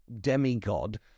demigod